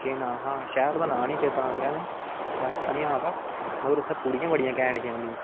केह् नां हां शैह्र दा नांऽ नेईं चेता आ दा मिगी चेता नेईं आरदा पर उत्थै पूड़ियां बडियां घैंट हि उंदियां